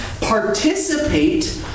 participate